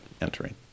entering